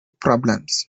problems